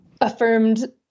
affirmed